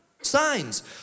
signs